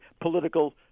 political